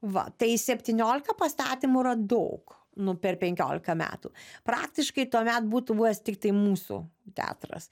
va tai septyniolika pastatymų yra daug nu per penkiolika metų praktiškai tuomet būtų buvęs tiktai mūsų teatras